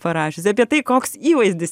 parašiusi apie tai koks įvaizdis